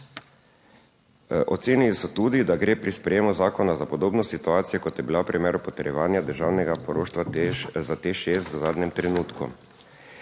Ocenili so tudi, da gre pri sprejemu zakona za podobno situacijo, kot je bila v primeru potrjevanja državnega poroštva za TEŠ6 v zadnjem trenutku.